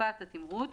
בקופת התמרוץ